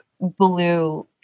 blue